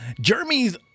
Jeremy's